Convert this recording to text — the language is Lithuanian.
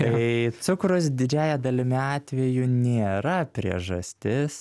kai cukrus didžiąja dalimi atvejų nėra priežastis